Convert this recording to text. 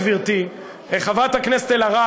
גברתי חברת הכנסת אלהרר,